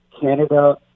Canada